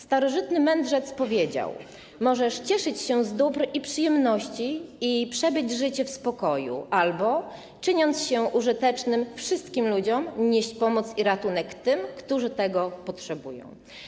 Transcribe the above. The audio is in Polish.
Starożytny mędrzec powiedział: Możesz cieszyć się z dóbr i przyjemności i przebyć życie w spokoju albo czyniąc się użytecznym wszystkim ludziom, nieść pomoc i ratunek tym, którzy tego potrzebują.